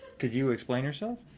could you explain yourself?